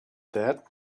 that